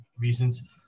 reasons